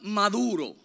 maduro